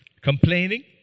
complaining